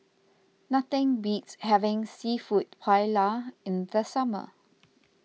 nothing beats having Seafood Paella in the summer